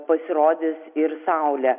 pasirodys ir saulė